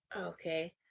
okay